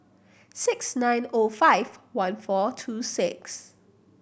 six nine O five one four two six